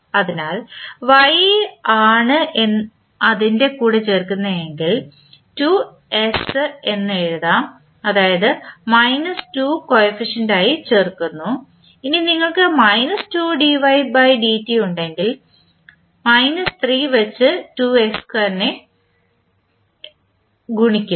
അതിനാൽ y ആണ് അതിൻറെ കൂടെ ചേർക്കുന്നതെങ്കിൽ എഴുതും അതായത് മൈനസ് 2 കോഫിഫിഷ്യന്റായി ചേർക്കുന്നു ഇനി നിങ്ങൾക്ക് 2 dydt ഉണ്ടെങ്കിൽ 3 വച്ച് y ഗുണിക്കുന്നു